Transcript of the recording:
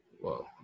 Whoa